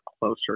closer